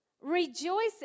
Rejoice